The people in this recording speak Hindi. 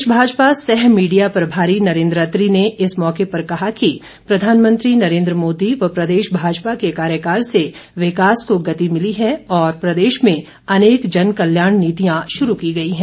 प्रदेश भाजपा सह मीडिया प्रभारी नरेंद्र अत्री ने इस मौके पर कहा कि प्रधानमंत्री नरेंद्र मोदी व प्रदेश भाजपा के कार्यकाल से विकास को गति मिली है और प्रदेश में अनेक जनकल्याण नीतियां शुरू की गई है